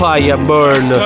Fireburn